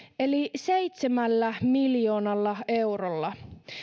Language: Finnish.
eli seitsemällä miljoonalla eurolla